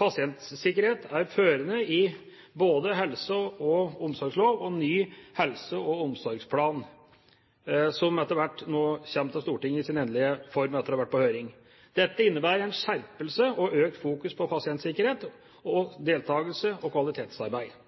Pasientsikkerhet er førende både i helse- og omsorgslov og i ny helse- og omsorgsplan, som etter hvert kommer til Stortinget i sin endelige form etter å ha vært på høring. Dette innebærer en skjerpelse og økt fokus på pasientsikkerhet, deltakelse og kvalitetsarbeid.